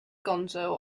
gonzo